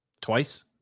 twice